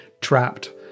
trapped